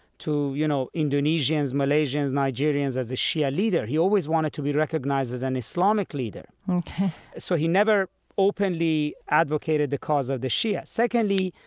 to you know indonesians, malaysians, nigerians, as a shia leader. he always wanted to be recognized as an islamic leader ok so he never openly advocated the cause of the shia. secondly,